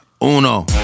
Uno